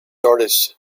artist